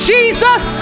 Jesus